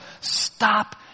stop